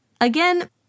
Again